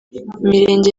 imirenge